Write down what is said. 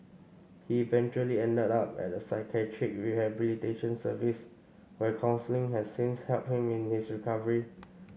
he eventually ended up at a psychiatric rehabilitation service where counselling has since helped him in his recovery